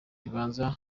ribanza